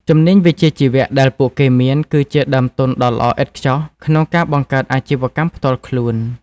ជំនាញវិជ្ជាជីវៈដែលពួកគេមាន គឺជាដើមទុនដ៏ល្អឥតខ្ចោះក្នុងការបង្កើតអាជីវកម្មផ្ទាល់ខ្លួន។